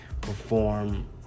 perform